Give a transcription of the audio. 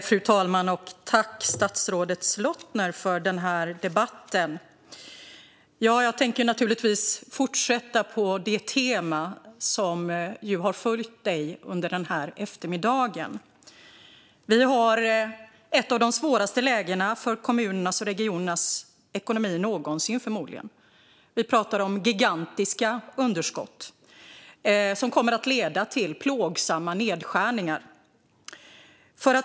Fru talman! Jag tänker naturligtvis fortsätta på det tema som har följt statsrådet Slottner under denna eftermiddag. Vi har förmodligen ett av de svåraste lägena någonsin för kommunernas och regionernas ekonomi. Vi pratar om gigantiska underskott som kommer att leda till plågsamma nedskärningar.